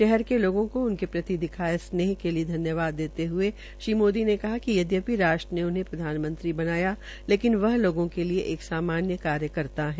शहर के लोगों को उनके प्रति दिखाये स्नेह के लिये धन्यावाद देते हये श्री मोदी ने कहा कि यदयपि राष्ट्र ने उन्हें प्रधानमंत्री बनाया लेकिन वह लोगों के लिये एक सामान्य कार्यकर्ता है